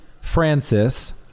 Francis